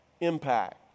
impact